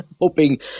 hoping